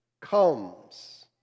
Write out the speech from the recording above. comes